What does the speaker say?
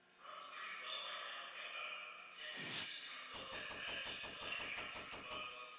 runs pretty well right now. we've got about ten users, kind of still a test batch, still ironing out some of the bugs.